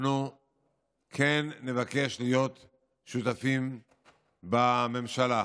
אנחנו כן נבקש להיות שותפים בממשלה,